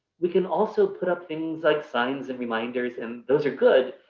we can also put up things like signs and reminders, and those are good.